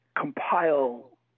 compile